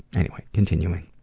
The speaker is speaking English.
anyway, continuing.